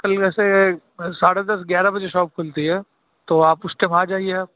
کل ویسے ساڑھے دس گیارہ بجے شاپ کھلتی ہے تو آپ اُس ٹائم آ جائیے آپ